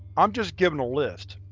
i'm just given a list,